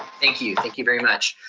thank you, thank you very much.